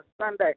Sunday